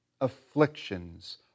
afflictions